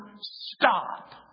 stop